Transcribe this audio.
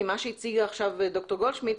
מה שהציגה עכשיו דוקטור גולדשמיד,